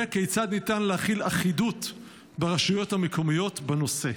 וכיצד ניתן להחיל אחידות ברשויות המקומיות בנושא?